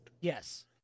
Yes